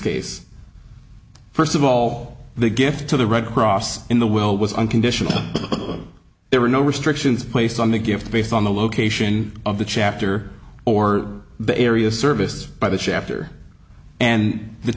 case first of all the gift to the red cross in the will was unconditional there were no restrictions placed on the gift based on the location of the chapter or the areas serviced by the